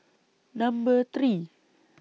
Number three